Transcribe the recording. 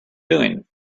doing